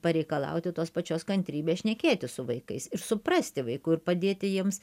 pareikalauti tos pačios kantrybės šnekėtis su vaikais ir suprasti vaikų ir padėti jiems